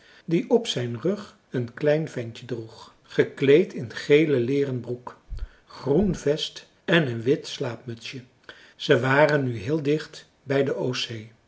die op zijn rug een klein ventje droeg gekleed in gele leeren broek groen vest en een wit slaapmutsje ze waren nu heel dicht bij de